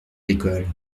d’école